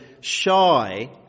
shy